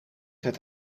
het